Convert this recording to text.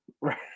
Right